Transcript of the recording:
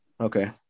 Okay